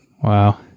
Wow